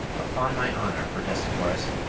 upon my honour, protested horace,